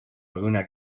alguna